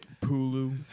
Pulu